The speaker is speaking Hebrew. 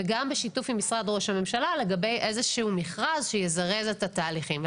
וגם בשיתוף עם משרד ראש הממשלה לגבי איזה שהוא מכרז שיזרז את התהליכים.